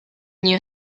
new